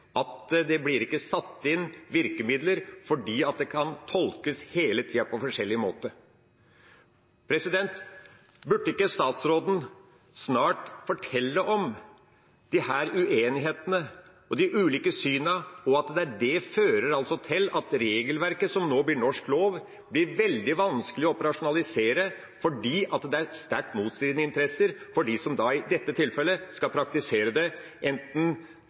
at det ikke blir satt inn virkemidler, fordi det hele tida kan tolkes på forskjellig måte. Burde ikke statsråden snart fortelle at disse uenighetene og de ulike syn fører til at det regelverket som nå blir norsk lov, blir veldig vanskelig å operasjonalisere fordi det er sterkt motstridende interesser hos dem som i dette tilfellet skal praktisere det, enten